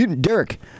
Derek